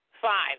Five